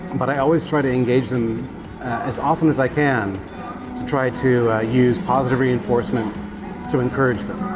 but i always try to engage them as often as i can to try to use positive reinforcement to encourage them.